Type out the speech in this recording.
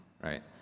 right